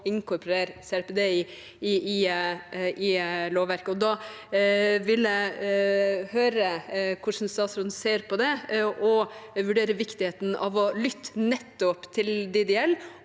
må inkorporere CRPD i lovverket. Da vil jeg høre hvordan statsråden ser på det – å vurdere viktigheten av å lytte nettopp til dem det gjelder